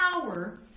power